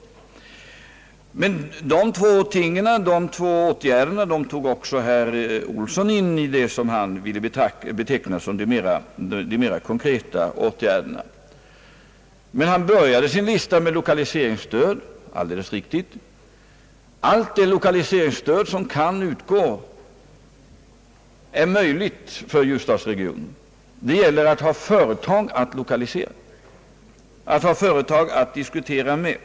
De båda åtgärderna tog även herr Olsson in i det han ville beteckna som mera konkreta åtgärder. Han började sin lista med lokaliseringsstödet, alldeles riktigt. Allt det lokaliseringsstöd som är möjligt kan utgå till ljusdalsregionen, men det gäller att ha företag att lokalisera och att diskutera med.